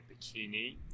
bikini